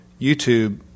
YouTube